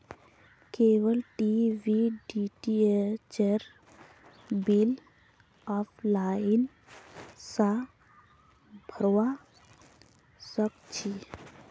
cable TV डीटीएचेर bill offline स भरवा सक छी